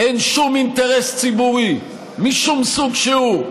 אין שום אינטרס ציבורי, משום סוג שהוא,